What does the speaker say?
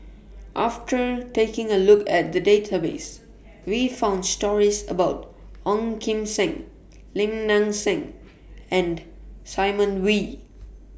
after taking A Look At The Database We found stories about Ong Kim Seng Lim Nang Seng and Simon Wee